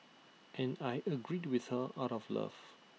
and I agreed with her out of love